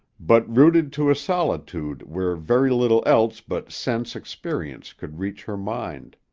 but rooted to a solitude where very little else but sense-experience could reach her mind.